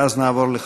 ואז נעבור לחקיקה.